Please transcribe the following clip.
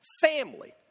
family